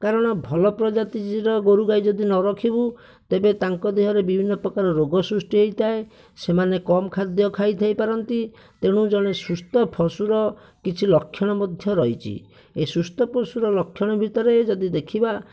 କାରଣ ଭଲ ପ୍ରଜାତିର ଗୋରୁଗାଈ ଯଦି ନ ରଖିବୁ ତେବେ ତାଙ୍କ ଦେହରେ ବିଭିନ୍ନ ପ୍ରକାର ରୋଗ ସୃଷ୍ଟି ହୋଇଥାଏ ସେମାନେ କମ ଖାଦ୍ୟ ଖାଇଥାଇପାରନ୍ତି ତେଣୁ ଜଣେ ସୁସ୍ଥ ପଶୁର କିଛି ଲକ୍ଷଣ ମଧ୍ୟ ରହିଛି ଏ ସୁସ୍ଥ ପଶୁର ଲକ୍ଷଣ ଭିତରେ ଯଦି ଦେଖିବା